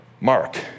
Mark